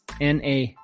NA